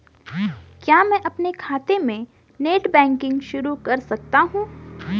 क्या मैं अपने खाते में नेट बैंकिंग शुरू कर सकता हूँ?